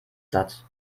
satz